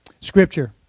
scripture